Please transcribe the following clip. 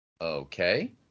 Okay